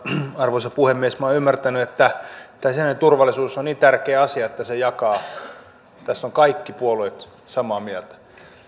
arvoisa puhemies minä olen ymmärtänyt että tämä sisäinen turvallisuus on niin tärkeä asia että kaikki sen jakavat tästä ovat kaikki puolueet samaa mieltä